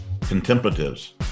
contemplatives